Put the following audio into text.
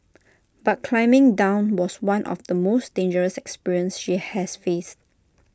but climbing down was one of the most dangerous experience she has faced